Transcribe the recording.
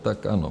Tak ano.